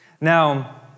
Now